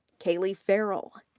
cailey farrell,